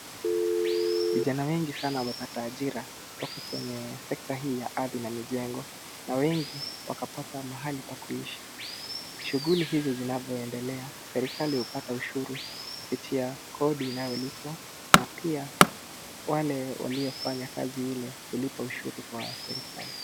Vijana wengi sana wamepata ajira, toka kwenye sekta hii ya ardhi na mijengo. Na wengi, wakapata mahali pa kuishi. Shughuli hizo zinavyoendelea, serikali hupata ushuru kupitia kodi inayolipwa, na pia wale waliofanya kazi ile, hulipa ushuru kwa serikali.